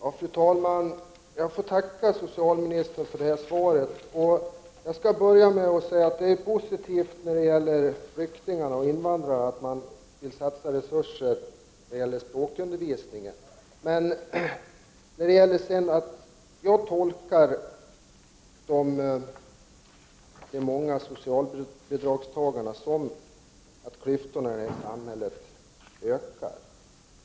Fru talman! Jag tackar socialministern för svaret. Jag skall börja med att säga att det är positivt att regeringen vill satsa resurser på flyktingars och invandrares språkundervisning. Men jag tolkar det faktum att det finns så många socialbidragstagare som att klyftorna i samhället ökar.